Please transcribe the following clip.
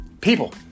people